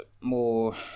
more